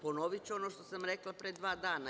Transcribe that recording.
Ponoviću ono što sam rekla pre dva dana.